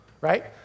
right